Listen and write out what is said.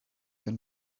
them